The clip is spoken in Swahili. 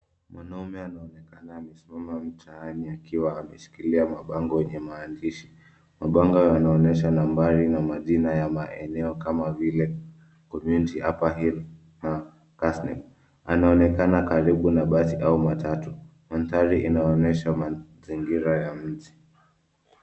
Mwanume anaonekana amesimama mtaani akiwa ameshikilia mabango yenye maandishi. Mabango yanaonyesha nambari na majina ya maeneo kama vile Community, Upperhill na Kasneb. Anaonekana karibu na basi au matatu. Mandhari yanaonyesha mazingira ya mji.